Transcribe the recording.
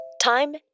Time